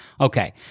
Okay